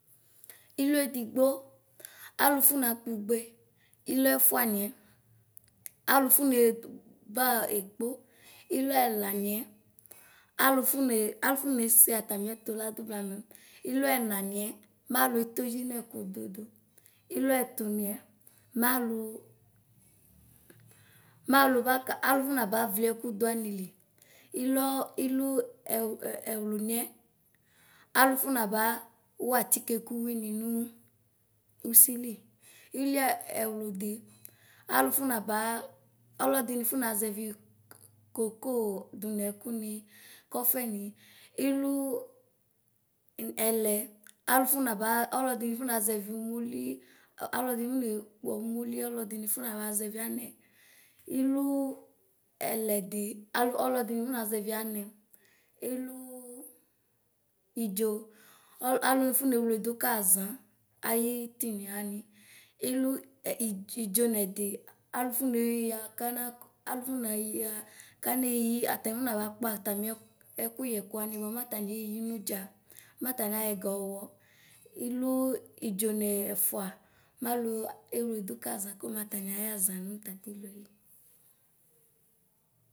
Iluedigbo alufuna kougbe, iluɛfuaniɛ alufune baekpo, ituɛlaniɛ alufune afuneseatamiɛtu ladu blamɛ, iluɛlamiɛ malutodzi nekududu, ileutane malumalu maka afsnaba obiskuduan li, ib ilueewlumie, alufunabaa watike kuwini nua waïli, iliswudi alufu nabaa sledeninfomazeyi kokoo du nskuni, ciseni, ilu wiele alufenabaa slodi funagevi umoli a alobi funakpo moli, alsdinfonazevu ane, ilu Eledi alsdodinfonaba zexiane, alufu idzoa alufenewledu kazay ayitimani; ile idzonedu alufune uya kana: alufunumia kanevi tasibaba kasitam. Ekuyekwani bua mataneeeyi moda, mataniayosgeswo, ilu idzo nefua malu ewledu kazay komeaniayaʒaŋ nutatilɛli.